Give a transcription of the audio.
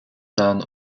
done